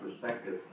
perspective